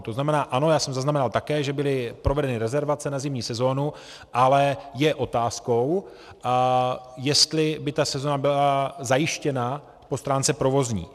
To znamená, ano, já jsem zaznamenal také, že byly provedeny rezervace na zimní sezónu, ale je otázkou, jestli by ta sezóna byla zajištěna po stránce provozní.